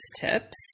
tips